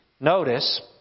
notice